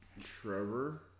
Trevor